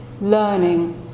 learning